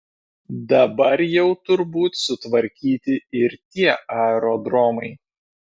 dabar jau turbūt sutvarkyti ir tie aerodromai